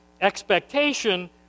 expectation